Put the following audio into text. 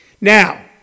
Now